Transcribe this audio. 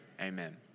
amen